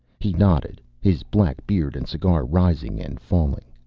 he nodded, his black beard and cigar rising and falling.